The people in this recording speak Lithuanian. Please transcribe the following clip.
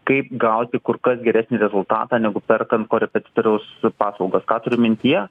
kaip gauti kur kas geresnį rezultatą negu perkant korepetitoriaus paslaugas ką turiu mintyje